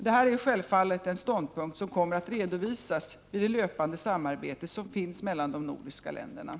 Avser regeringen att ta upp denna fråga med danska regeringen och framföra Sveriges mycket kritiska syn på det redovisade arrangemanget?